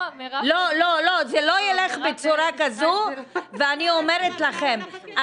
זה לא ילך בצורה כזו ואני אומרת לכן,